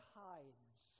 hides